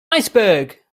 iceberg